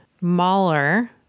Mahler